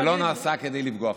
זה לא נעשה כדי לפגוע,